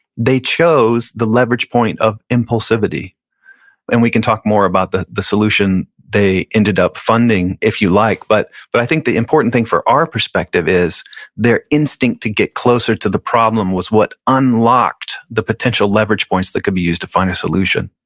they chose the leverage point of impulsivity and we can talk more about the the solution they ended up funding if you like. but but i think the important thing for our perspective is their instinct to get closer to the problem was what unlocked the potential leverage points that could be used to find a solution.